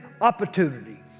opportunity